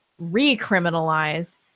recriminalize